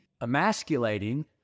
emasculating